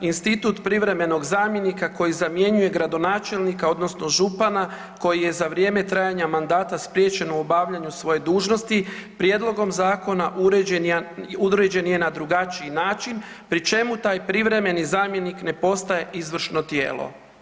Institut privremenog zamjenika koji zamjenjuje gradonačelnika, odnosno župana koji je za vrijeme trajanja mandata spriječen u obavljanju svoje dužnosti prijedlogom zakona uređen je na drugačiji način pri čemu taj privremeni zamjenik ne postaje izvršno tijelo.